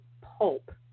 pulp